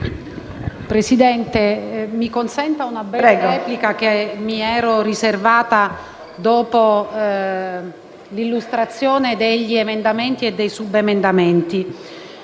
Presidente, mi consenta una breve replica, che mi ero riservata di svolgere dopo l'illustrazione degli emendamenti e dei subemendamenti.